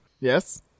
yes